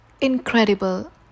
incredible